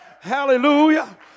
Hallelujah